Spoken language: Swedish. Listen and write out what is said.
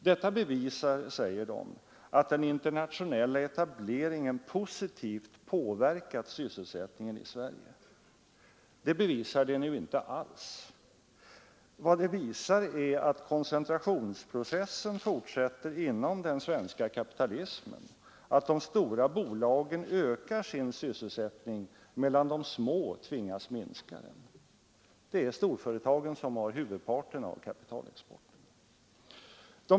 Detta bevisar, säger de, att den internationella etableringen positivt har påverkat sysselsättningen i Sverige. Det bevisar det inte alls! Vad det visar är att koncentrationsprocessen fortsätter inom den svenska kapitalismen, att de stora bolagen ökar sin sysselsättning medan de små tvingas minska sin. Det är storföretagen som står för huvudparten av kapitalexporten.